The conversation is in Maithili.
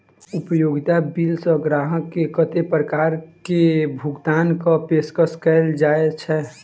उपयोगिता बिल सऽ ग्राहक केँ कत्ते प्रकार केँ भुगतान कऽ पेशकश कैल जाय छै?